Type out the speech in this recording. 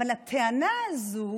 אבל הטענה הזו,